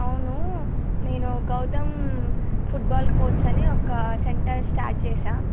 అవును నేను Gautam football coach అని ఒక సెంటర్ స్టార్ట్ చేశా